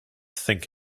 think